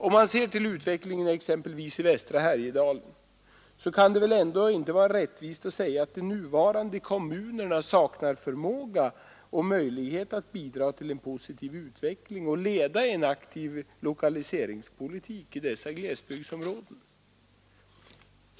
Om man ser till utvecklingen exempelvis i västra Härjedalen, kan det väl inte va a rättvist att säga att de nuvarande kommunerna saknar förmåga och möjlighet att bidra till en positiv utveckling och leda en aktiv lokaliseringspolitik i dessa glesbygdsområden.